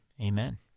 Amen